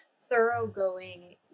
thoroughgoing